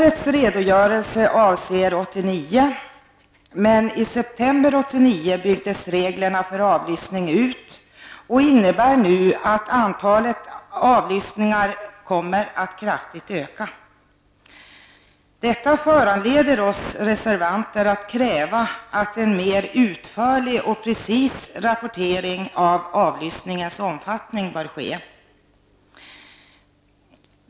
1989 byggdes reglerna för avlyssning ut. Det innebär att antalet avlyssningar nu kommer att kraftigt öka. Det föranleder oss reservanter att kräva att en mer utförlig och precis rapportering av avlyssningens omfattning skall ske.